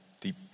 deep